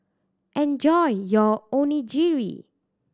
enjoy your Onigiri